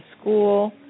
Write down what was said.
school